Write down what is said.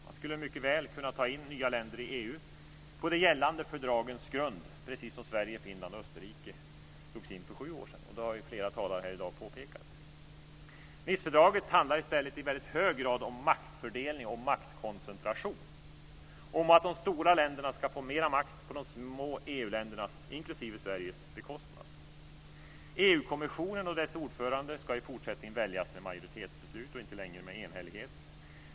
Man skulle mycket väl kunna ta in nya länder i EU på de gällande fördragens grund, precis som Sverige, Finland och Österrike togs in för sju år sedan, vilket flera talare här i dag har påpekat. Nicefördraget handlar i stället i väldigt hög grad om maktfördelning och maktkoncentration, om att de stora EU-länderna ska få mer makt på de små EU ländernas, inklusive Sveriges, bekostnad. EU-kommissionen och dess ordförande ska i fortsättningen väljas med majoritetsbeslut och inte längre med enhällighet.